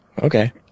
Okay